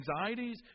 anxieties